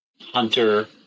hunter